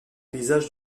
paysages